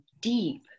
deep